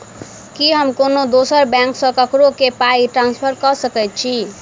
की हम कोनो दोसर बैंक सँ ककरो केँ पाई ट्रांसफर कर सकइत छि?